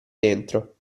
dentro